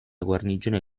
guarnigione